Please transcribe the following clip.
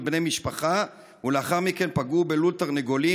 בני משפחה ולאחר מכן פגעו בלול תרנגולים,